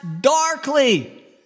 darkly